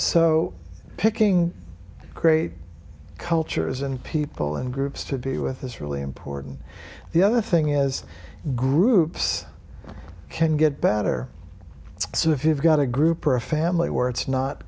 so picking great cultures and people and groups to be with is really important the other thing is groups can get better so if you've got a group or a family where it's not